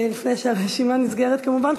לפני שהרשימה נסגרת, כמובן.